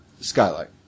skylight